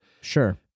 Sure